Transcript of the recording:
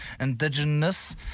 Indigenous